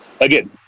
Again